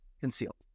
concealed